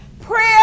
Prayer